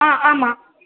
ஆ ஆமாம்